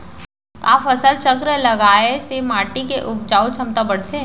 का फसल चक्र लगाय से माटी के उपजाऊ क्षमता बढ़थे?